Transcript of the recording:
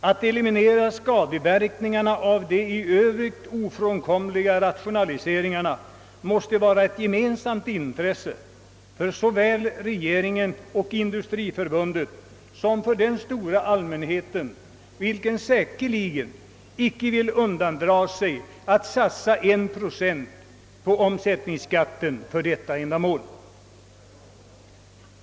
Att eliminera skadeverkningarna av de i övrigt ofrånkomliga rationaliseringarna måste vara ett gemensamt intresse för såväl regeringen och Industriförbundet som för den stora allmänheten, som säkerligen inte vill undandra sig att för detta ändamål satsa en procent i form av en höjning av omsättningsskatten.